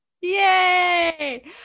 Yay